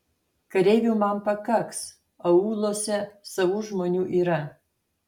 kareivių man pakaks aūluose savų žmonių yra